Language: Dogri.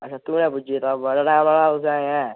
अच्छा तुड़े पुज्जे तां बड़ा टैम लग्गना तुसें अजें